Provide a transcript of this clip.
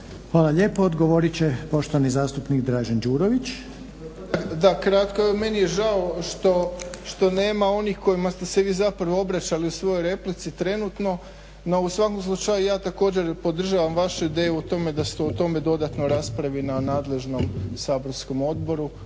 Hvala lijepo. Odgovorit će poštovani zastupnik Dražen Đurović. **Đurović, Dražen (HDSSB)** Da, kratko. Meni je žao što nema onih kojima ste se vi zapravo obraćali u svojoj replici trenutno no u svakom slučaju ja također podržavam vašu ideju u tome da ste u tome dodatno raspravi na nadležnom saborskom odboru,